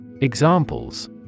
Examples